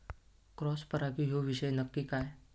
Cross परागी ह्यो विषय नक्की काय?